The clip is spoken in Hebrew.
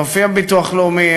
להופיע בביטוח הלאומי,